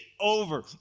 over